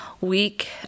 week